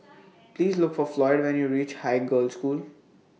Please Look For Floyd when YOU REACH Haig Girls' School